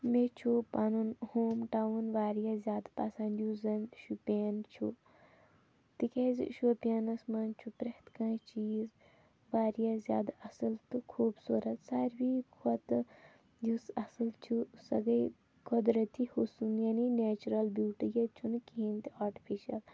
مےٚ چھُ پَنُن ہوم ٹاوُن واریاہ زیادٕ پَسنٛد یُس زَنہٕ شُوپین چھُ تِکیٛازِ شوپیانَس منٛز چھُ پرٛٮ۪تھ کانٛہہ چیٖز واریاہ زیادٕ اَصٕل تہٕ خوٗبصوٗرَت ساروی کھۄتہٕ یُس اَصٕل چھُ سۄ گٔے قۄدرٔتی حُسُن یعنی نیچرَل بیوٗٹی ییٚتہِ چھُنہٕ کِہیٖنۍ تہِ آٹِفِشَل